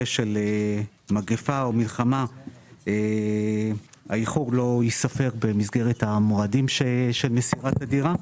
של מגפה או מלחמה שאז האיחור לא ייספר במסגרת המועדים של מסירת הדירה.